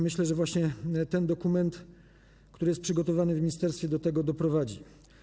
Myślę, że właśnie ten dokument, który jest przygotowywany w ministerstwie, do tego doprowadzi.